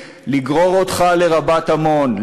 לגרור אותך לרבת-עמון,